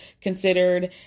considered